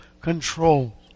control